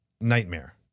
Nightmare